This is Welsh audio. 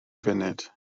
funud